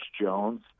Jones